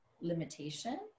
limitation